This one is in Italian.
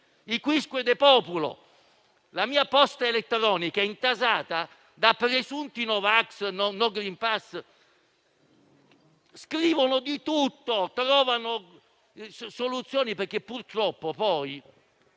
*quisque de populo*. La mia posta elettronica è intasata da presunti no vax, no *green pass*, che scrivono di tutto e trovano soluzioni perché purtroppo poi